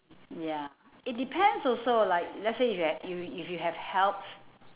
ya it depends also like let's say if you have you if you have helps